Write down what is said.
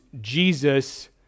Jesus